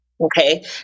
Okay